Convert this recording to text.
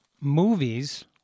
movies